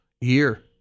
year